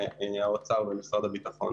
האוצר ומשרד הביטחון